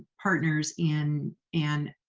partners in and